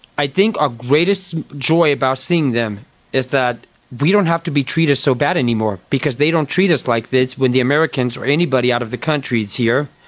i think our greatest joy about seeing them is that we don't have to be treated so bad anymore because they don't treat us like this when the americans or anybody out of the country is here,